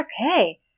okay